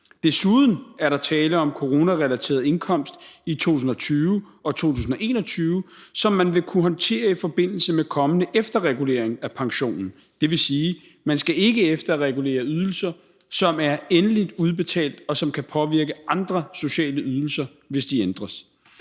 Desuden er der tale om coronarelateret indkomst i 2020 og 2021, som man vil kunne håndtere i forbindelse med en kommende efterregulering af pensionen, dvs. at man ikke skal efterregulere ydelser, som er endeligt udbetalt, og som kan påvirke andre sociale ydelser, hvis de ændres.